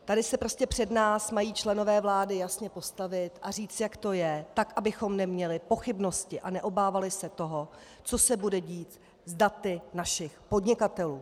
Tady se prostě před nás mají členové vlády jasně postavit a říci, jak to je, tak abychom neměli pochybnosti a neobávali se toho, co se bude dít s daty našich podnikatelů.